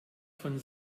von